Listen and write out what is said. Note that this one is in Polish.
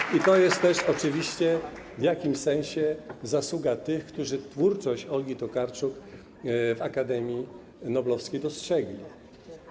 Brawo! ...i to jest też oczywiście w jakimś sensie zasługa tych, którzy twórczość Olgi Tokarczuk w akademii noblowskiej dostrzegli.